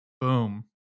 Boom